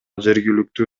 жергиликтүү